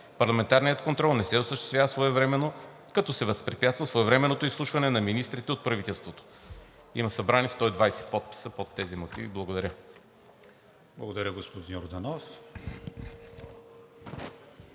Парламентарният контрол не се осъществява своевременно, като се възпрепятства своевременното изслушване на министрите от правителството. Има събрани 120 подписа под тези мотиви. Благодаря. ПРЕДСЕДАТЕЛ КРИСТИАН